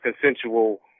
consensual